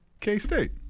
K-State